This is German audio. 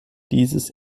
dieses